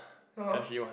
!huh!